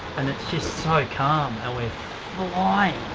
and it's just so calm and we're flying.